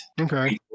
okay